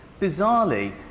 bizarrely